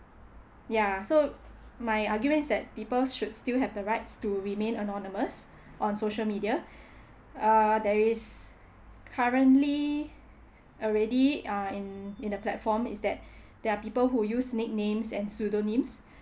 ya so my argument is that people should still have the rights to remain anonymous on social media err there is currently already uh in in the platform is that there are people who use nicknames and pseudonyms